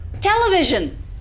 Television